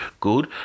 good